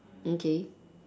okay